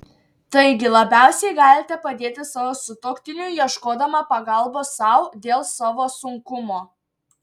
taigi labiausiai galite padėti savo sutuoktiniui ieškodama pagalbos sau dėl savo sunkumo